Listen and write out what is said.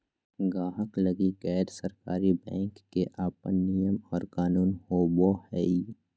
गाहक लगी गैर सरकारी बैंक के अपन नियम और कानून होवो हय